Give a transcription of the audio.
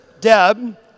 Deb